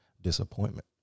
disappointment